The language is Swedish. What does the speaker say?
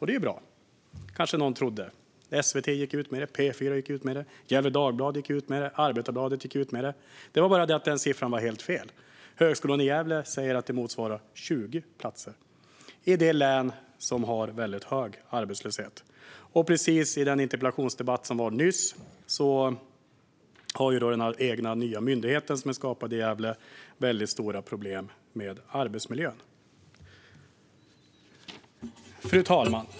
Det är ju bra - kanske någon trodde. SVT gick ut med det, P4 gick ut med det, Gefle Dagblad gick ut med det och Arbetarbladet gick ut med det. Det var bara det att siffran var helt fel. Högskolan i Gävle säger att det motsvarar 20 platser - och detta i ett län som har väldigt hög arbetslöshet. Precis som vi hörde i interpellationsdebatten nyss här har också den egna nya myndigheten som är skapad i Gävle stora problem med arbetsmiljön. Fru talman!